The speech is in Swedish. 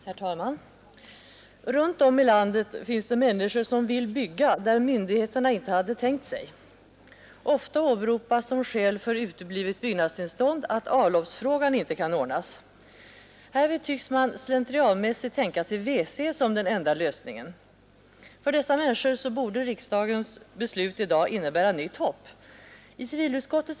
Herr talman! Runt om i landet finns det människor som vill bygga där myndigheterna inte har tänkt sig det. Ofta åberopas som skäl för uteblivet byggnadstillstånd att avloppsfrågan inte kan ordnas. Härvid tycks man slentrianmässigt tänka sig WC som den enda lösningen. För dessa människor borde riksdagens beslut i dag innebära nytt hopp.